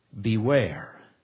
Beware